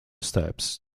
steps